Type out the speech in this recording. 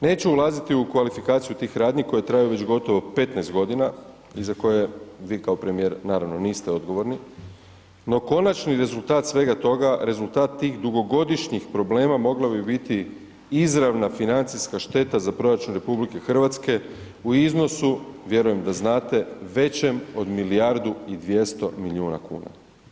Neću ulaziti u kvalifikaciju tih radnji koje traju već gotovo 15 godina i za koje vi kao premijer, naravno niste odgovorni, no konačni rezultat svega toga, rezultat tih dugogodišnjih problema mogla bi biti izravna financijska šteta za proračun RH u iznosu, vjerujem da znate, većem od milijardu i 200 milijuna kuna.